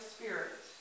Spirit